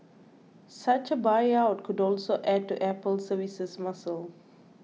such a buyout would also add to Apple's services muscle